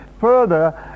further